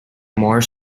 more